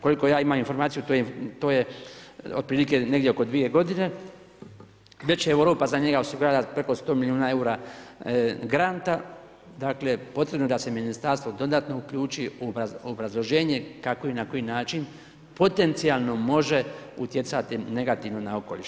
Koliko ja imam informaciju, to je otprilike negdje oko 2 g. Već je Europa za njega osigurala preko 100 milijuna eura granta, dakle, potrebno da se ministarstvo dodatno uključi u obrazloženje, kako i na koji način, potencijalno može utjecati negativno na okoliš.